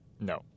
No